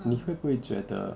你会不会觉得